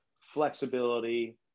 flexibility